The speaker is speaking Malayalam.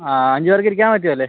ആ അഞ്ച് പേർക്ക് ഇരിക്കാൻ പറ്റും അല്ലേ